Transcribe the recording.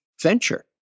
venture